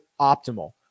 Optimal